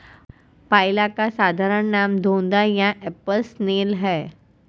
पाइला का साधारण नाम घोंघा या एप्पल स्नेल है